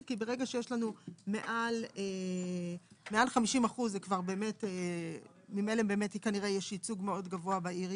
כי ברגע שיש מעל 50% ממילא יש ייצוג גבוה מאוד בעירייה,